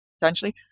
potentially